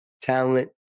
talent